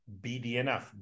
BDNF